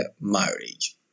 marriage